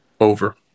Over